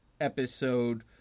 episode